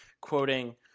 quoting